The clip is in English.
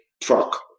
truck